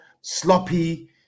sloppy